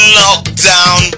lockdown